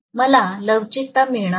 मला लवचिकता मिळणार नाही